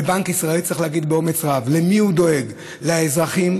ובנק ישראל צריך להגיד באומץ רב למי הוא דואג: לאזרחים,